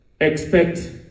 expect